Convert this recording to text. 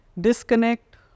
Disconnect